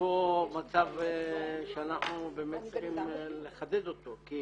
פה מצב שאנחנו צריכים לחדד אותו, כי